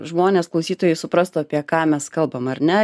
žmonės klausytojai suprastų apie ką mes kalbam ar ne